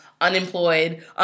unemployed